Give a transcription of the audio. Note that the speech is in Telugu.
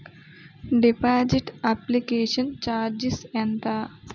డిపాజిట్ అప్లికేషన్ చార్జిస్ ఎంత?